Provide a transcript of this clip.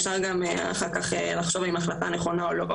אפשר גם אחר כך לחשוב האם ההחלטה נכונה או לא,